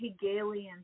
Hegelian